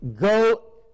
Go